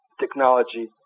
technology